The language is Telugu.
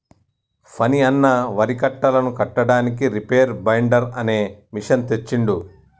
ఫణి అన్న వరి కట్టలను కట్టడానికి రీపేర్ బైండర్ అనే మెషిన్ తెచ్చిండు